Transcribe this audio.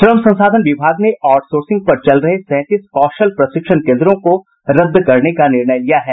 श्रम संसाधन विभाग ने आउटसोर्सिंग पर चल रहे सैंतीस कौशल प्रशिक्षण केंद्रों को रद्द करने का निर्णय लिया है